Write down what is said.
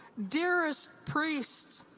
dearest priests,